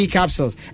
Capsules